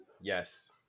yes